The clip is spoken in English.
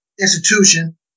institution